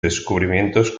descubrimientos